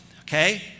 okay